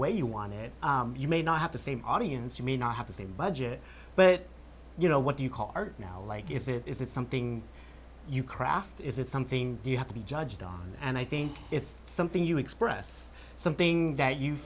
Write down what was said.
way you want it you may not have the same audience you may not have the same budget but you know what you call are now like you said it's something you craft is it something you have to be judged on and i think it's something you express something that you